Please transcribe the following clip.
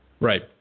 Right